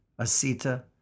Asita